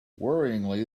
worryingly